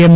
એમ